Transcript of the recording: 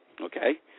okay